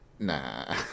Nah